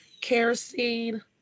kerosene